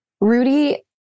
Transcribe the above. Rudy